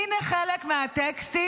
הינה חלק מהטקסטים,